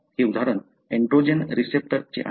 हे उदाहरण androgen receptor चे आहे